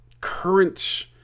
current